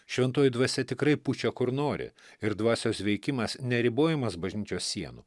šventoji dvasia tikrai pučia kur nori ir dvasios veikimas neribojamas bažnyčios sienų